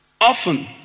Often